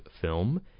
film